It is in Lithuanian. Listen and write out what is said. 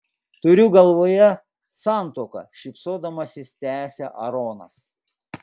turiu galvoje santuoką šypsodamasis tęsia aaronas